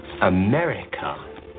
America